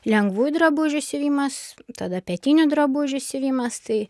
lengvų drabužių siuvimas tada petinių drabužių siuvimas tai